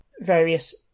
various